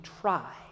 try